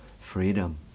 freedom